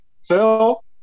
Phil